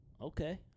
Okay